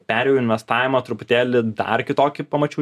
perėjau į investavimą truputėlį dar kitokį pamačiau